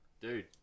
Dude